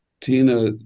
Tina